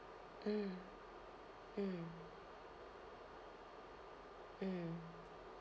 mm mm mm